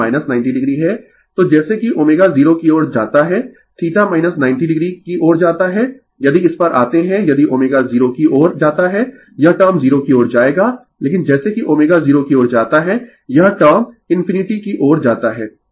Refer slide Time 2524 तो जैसे कि ω 0 की ओर जाता है θ 90o की ओर जाता है यदि इस पर आते है यदि ω 0 की ओर जाता है यह टर्म 0 की ओर जाएगा लेकिन जैसे कि ω 0 की ओर जाता है यह टर्म - इनफिनिटी की ओर जाता है